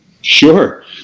sure